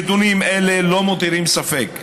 נתונים אלה לא מותירים ספק: